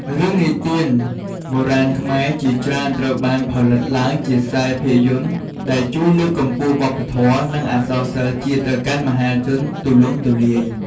រឿងនិទានបុរាណខ្មែរជាច្រើនត្រូវបានផលិតឡើងជាខ្សែភាពយន្ត ដែលជួយលើកកម្ពស់វប្បធម៌ និងអក្សរសិល្ប៍ជាតិទៅកាន់មហាជនទូលំទូលាយ។